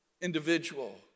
individual